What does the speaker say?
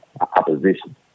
opposition